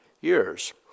years